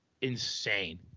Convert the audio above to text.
insane